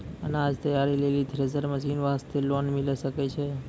अनाज तैयारी लेल थ्रेसर खरीदे वास्ते लोन मिले सकय छै?